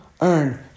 earn